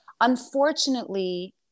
unfortunately